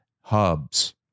Hubs